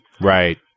Right